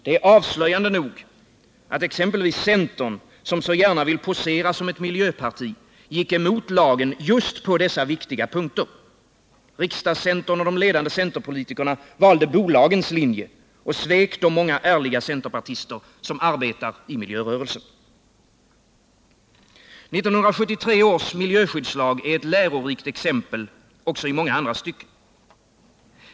Det är avslöjande nog att exempelvis centern, som så gärna vill posera som ett miljöparti, gick emot lagen just på dessa viktiga punkter. Riksdagscentern och de ledande centerpolitikerna valde bolagens linje och svek de många ärliga centerpartister som arbetar i miljörörelsen. 1973 års miljöskyddslag är ett lärorikt exempel också i många andra stycken.